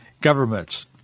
governments